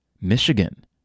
Michigan